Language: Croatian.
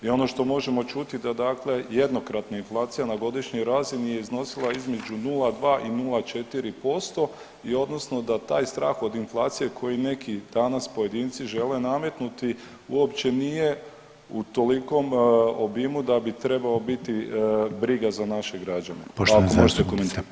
I ono što možemo čuti da dakle jednokratno inflacija na godišnjoj razini je iznosila između 0,2 i 0,4% i odnosno da taj strah od inflacije koju neki danas pojedinci žele nametnuti uopće nije u tolikom obimu da bi trebao biti briga za naše građane.